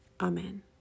Amen